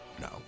No